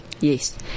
Yes